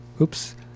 Oops